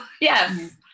Yes